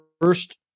first